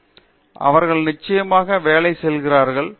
பேராசிரியர் தீபா வெங்கடேசன் அவர்கள் நிச்சயமாக வேலை செய்கிறார்கள்